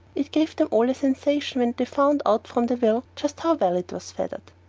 it gave them all a sensation when they found out from the will just how well it was feathered.